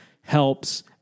helps